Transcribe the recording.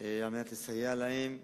על מנת לסייע להם,